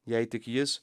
jei tik jis